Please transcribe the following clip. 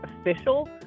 official